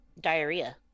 diarrhea